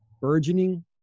burgeoning